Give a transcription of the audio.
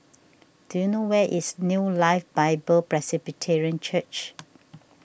do you know where is New Life Bible Presbyterian Church